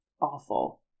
awful